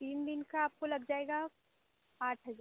तीन दिन का आपको लग जाएगा पाँच हजार